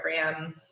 program